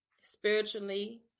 spiritually